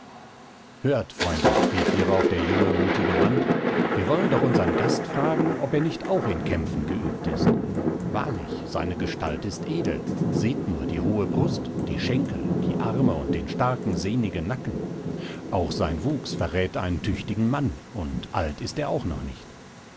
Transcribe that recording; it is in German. hört freunde rief hierauf der junge mutige mann wir wollen doch unsern gast fragen ob er nicht auch in kämpfen geübt ist wahrlich seine gestalt ist edel seht nur die hohe brust die schenkel die arme und den starken sehnigen nacken auch sein wuchs verrät einen tüchtigen mann und alt ist er auch noch nicht